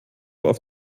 auf